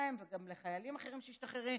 שלהם וגם לחיילים אחרים שמשתחררים,